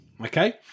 Okay